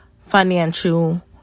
financial